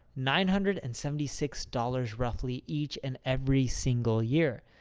nine hundred and seventy six dollars roughly, each and every single year.